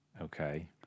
Okay